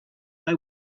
they